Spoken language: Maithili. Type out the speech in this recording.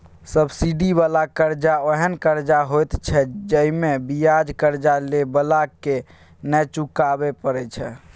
सब्सिडी बला कर्जा ओहेन कर्जा होइत छै जइमे बियाज कर्जा लेइ बला के नै चुकाबे परे छै